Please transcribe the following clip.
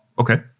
okay